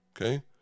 Okay